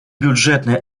бюджетные